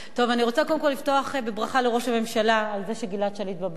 אני רוצה קודם כול לפתוח בברכה לראש הממשלה על זה שגלעד שליט בבית.